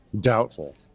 doubtful